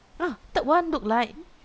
ah third one look like